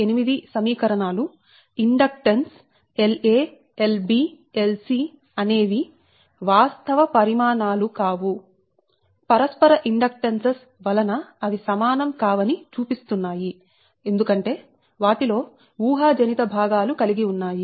66 67 68 సమీకరణాలు inductance La Lb Lc అనే వి వాస్తవ పరిమాణాలు కావు పరస్పర ఇండక్టెన్స్సెస్ వలన అవి సమానం కావని చూపిస్తున్నాయి ఎందుకంటే వాటిలో ఊహాజనిత భాగాలు కలిగి ఉన్నాయి